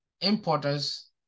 importers